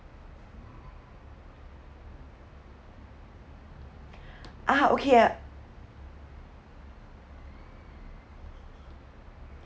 uh (huh) okay